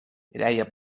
mireia